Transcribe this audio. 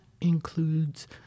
includes